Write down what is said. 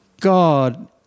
God